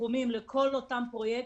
הסכומים לכל אותם פרויקטים.